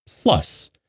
Plus